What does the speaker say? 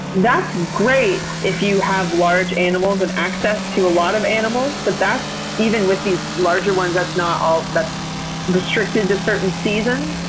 that's great if you have large animals and access to a lot of animals, but that's even with these larger ones that's not always, that's restricted to certain seasons,